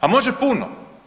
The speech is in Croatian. A može puno!